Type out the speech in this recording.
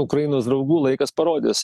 ukrainos draugų laikas parodys